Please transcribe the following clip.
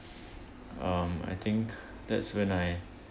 um I think that's when I